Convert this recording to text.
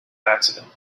accident